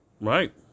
Right